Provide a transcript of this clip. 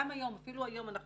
אפילו היום אנחנו